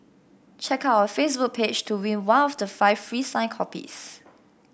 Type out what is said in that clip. check out our Facebook page to win one of the five free signed copies